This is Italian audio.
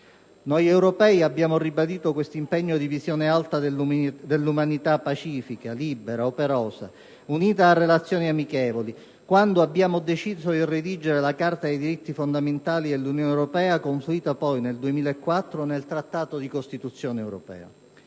Noi europei abbiamo ribadito questo impegno di visione alta dell'umanità, pacifica, libera, operosa, unita da relazioni amichevoli, quando abbiamo deciso di redigere la Carta dei diritti fondamentali dell'Unione europea, confluita poi, nel 2004, nel Trattato di Costituzione europea.